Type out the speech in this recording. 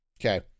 okay